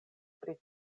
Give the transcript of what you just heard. pri